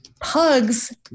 Pugs